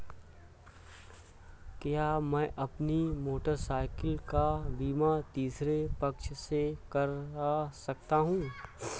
क्या मैं अपनी मोटरसाइकिल का बीमा तीसरे पक्ष से करा सकता हूँ?